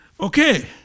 Okay